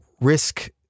risk